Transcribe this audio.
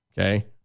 Okay